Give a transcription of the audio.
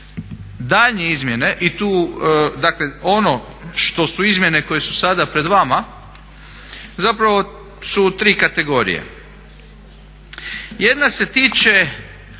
Daljnje izmjene i ono što su izmjene koje su sada pred vama zapravo su tri kategorije. Jedna se tiče